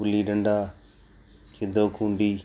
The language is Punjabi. ਗੁੱਲੀ ਡੰਡਾ ਖਿੱਦੋ ਖੂੰਡੀ